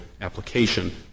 application